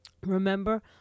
Remember